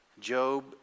Job